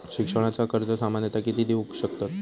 शिक्षणाचा कर्ज सामन्यता किती देऊ शकतत?